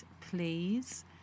Please